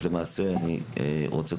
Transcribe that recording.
אני רוצה,